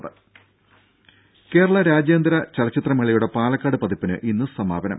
ദേദ കേരളാ രാജ്യാന്തര ചലച്ചിത്രമേളയുടെ പാലക്കാട് പതിപ്പിന് ഇന്ന് സമാപനം